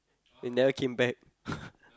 it never came back